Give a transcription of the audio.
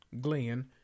Glenn